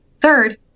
Third